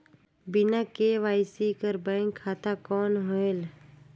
बिना के.वाई.सी कर बैंक खाता कौन होएल?